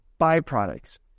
byproducts